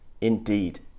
Indeed